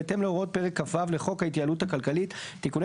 בהתאם להוראות פרק כ"ו לחוק ההתייעלות הכלכלית (תיקוני